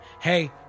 Hey